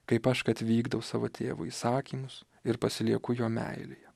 kaip aš kad vykdau savo tėvo įsakymus ir pasilieku jo meilėje